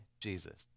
Jesus